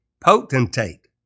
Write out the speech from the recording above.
potentate